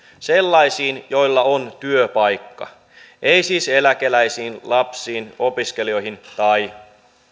sellaisiin joilla on työpaikka ei siis eläkeläisiin lapsiin opiskelijoihin tai